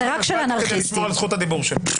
אז באתי כדי לשמור על הדיבור שלו.